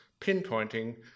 pinpointing